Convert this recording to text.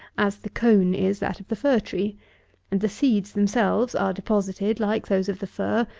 as the cone is that of the fir-tree and the seeds themselves are deposited, like those of the fir,